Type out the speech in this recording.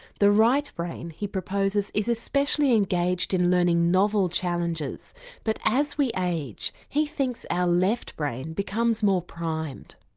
the right brain he proposes is especially engaged in learning novel challenges but as we age, he thinks our left brain becomes more primed.